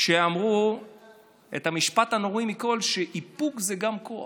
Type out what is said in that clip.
כשאמרו את המשפט הנורא מכול, שאיפוק זה גם כוח.